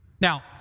Now